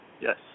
Yes